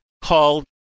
called